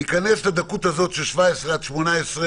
להיכנס לדקות הזו של 17 עד 18,